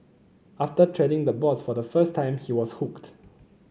after treading the boards for the first time he was hooked